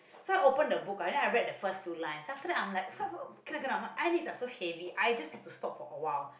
so I open the book and then I read first few lines then after that I'm like wh~ [wah] cannot cannot my eyelids are heavy I just have to stop for a while